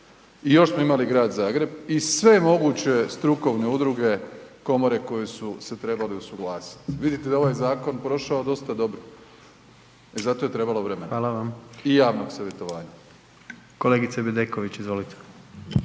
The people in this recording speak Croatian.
I još smo imali grad Zagreb i sve moguće strukovne udruge, komore koje su se trebale usuglasiti. Vidite da je ovaj zakon prošao dosta dobro. I zato je trebalo vremena .../Upadica: Hvala vam./... i javnog savjetovanja. **Jandroković, Gordan